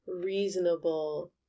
reasonable